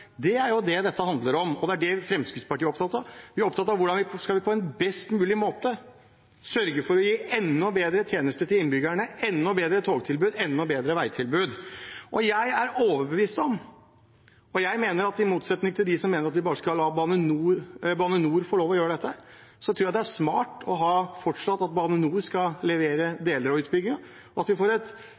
Det er det dette handler om, og det er det Fremskrittspartiet er opptatt av. Vi er opptatt av hvordan vi på en best mulig måte skal sørge for å gi enda bedre tjenester til innbyggerne, enda bedre togtilbud, enda bedre veitilbud. Jeg er overbevist om og mener i motsetning til dem som mener at vi bare skal la Bane NOR få lov til å gjøre dette, at det er smart at Bane NOR fortsatt skal levere deler av utbyggingen, og at vi får